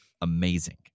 amazing